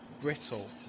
brittle